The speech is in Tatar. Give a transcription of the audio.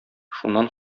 шуннан